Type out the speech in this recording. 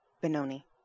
Benoni